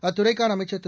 அத்துறைக்கானஅமைச்சர் திரு